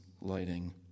lighting